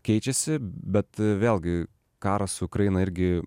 keičiasi bet vėlgi karas su ukraina irgi